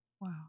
Wow